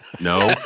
No